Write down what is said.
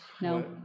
No